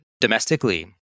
domestically